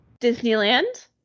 Disneyland